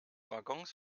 waggons